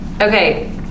Okay